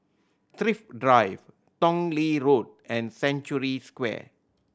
Thrift Drive Tong Lee Road and Century Square